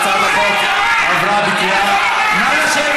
הצעת החוק עברה בקריאה, נא לשבת.